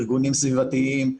ארגונים סביבתיים,